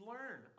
Learn